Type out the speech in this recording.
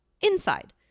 inside